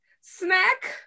snack